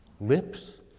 Lips